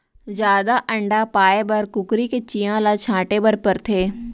जादा अंडा पाए बर कुकरी के चियां ल छांटे बर परथे